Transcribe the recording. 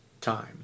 time